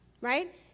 right